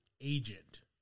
agent